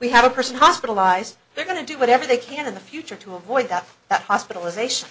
we have a person hospitalized they're going to do whatever they can in the future to avoid that that hospitalization